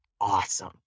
awesome